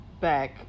back